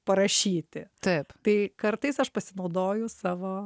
parašyti tai kartais aš pasinaudoju savo